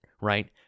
right